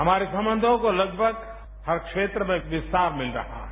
हमारे संबंधों को लगभग हर क्षेत्र में विस्तार मिल रहा है